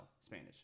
Spanish